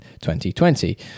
2020